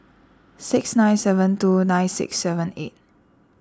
six nine seven two nine six seven eight